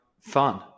fun